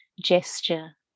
gesture